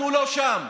אנחנו לא שם.